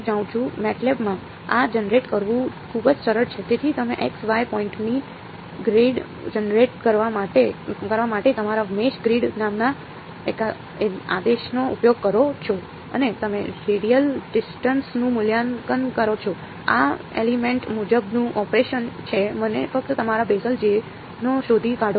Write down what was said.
MATLAB માં આ generate કરવું ખૂબ જ સરળ છે તેથી તમે X Y પોઈન્ટની ગ્રીડ જનરેટ કરવા માટે તમારા મેષ ગ્રીડ નામના આદેશનો ઉપયોગ કરો છો અને તમે રેડિયલ ડિસ્ટન્સ નું મૂલ્યાંકન કરો છો આ એલિમેન્ટ મુજબનું ઓપરેશન છે અને ફક્ત તમારા બેસેલ Jને શોધી કાઢો